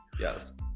Yes